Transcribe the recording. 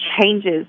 changes